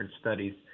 studies